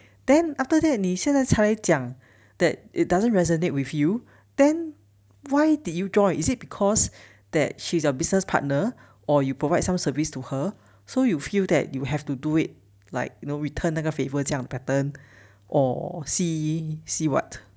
then after that 你现在才讲 that it doesn't resonate with you then why did you join is it because that she's a business partner or you provide some service to her so you feel that you have to do it like you know return 那个 favour 这样 pattern or see see what